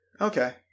Okay